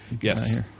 Yes